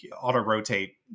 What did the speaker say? auto-rotate